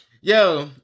Yo